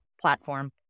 platform